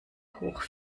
hoch